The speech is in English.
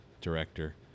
director